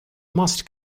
must